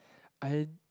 I